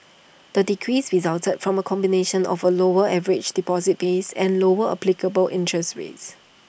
the decrease resulted from A combination of A lower average deposits base and lower applicable interest rates